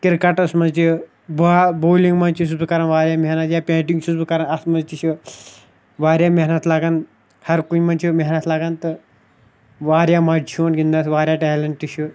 کِرکَٹَس منٛز تہِ بال بولِنٛگ منٛز چھُس بہٕ کَران واریاہ محنت یا پینٹِنٛگ چھُس بہٕ کَران اَتھ منٛز تہِ چھِ واریاہ محنت لَگان ہرکُنہِ منٛز چھِ محنت لَگان تہٕ واریاہ مَزٕ چھُ یِوان واریاہ ٹیلںٛٹ چھِ